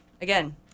Again